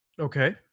Okay